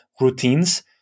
routines